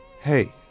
Hey